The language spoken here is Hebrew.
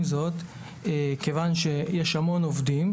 כיוון שיש המון עובדים,